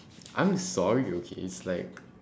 I'm sorry okay it's like